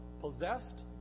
possessed